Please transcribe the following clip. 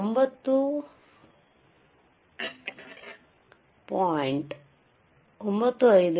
01x 10 122x 10 120